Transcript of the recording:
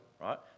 right